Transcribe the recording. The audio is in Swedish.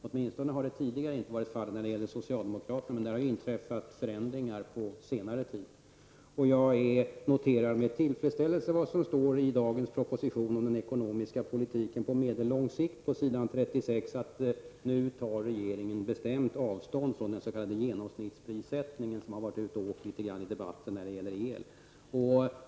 Åtminstone har det inte tidigare varit fallet med socialdemokraterna, men det har ju inträffat förändringar på senare tid. Jag noterar med tillfredsställelse vad som står på s. 36 i propositionen om den ekonomiska politiken på medellång sikt, där regeringen nu tar bestämt avstånd från den s.k. genomsnittsprissättningen, som har varit ute och åkt litet grand i debatten om el.